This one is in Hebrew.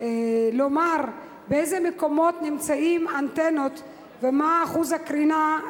לומר באיזה מקומות נמצאות אנטנות ומה אחוז הקרינה.